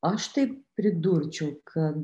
aš tai pridurčiau kad